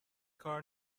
کار